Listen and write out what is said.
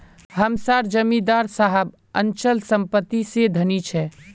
हम सार जमीदार साहब अचल संपत्ति से धनी छे